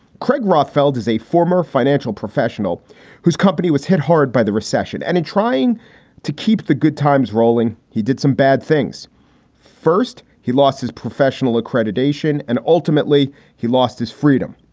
creg rothfeld is a former financial professional whose company was hit hard by the recession and is trying to keep the good times rolling. he did some bad things first. he lost his professional accreditation and ultimately he lost his freedom.